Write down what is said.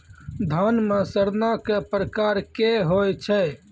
धान म सड़ना कै प्रकार के होय छै?